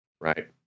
Right